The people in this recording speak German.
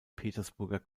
petersburger